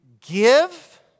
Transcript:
give